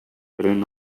pren